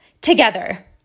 together